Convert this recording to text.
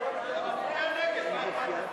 תצביע נגד, מה אכפת לך?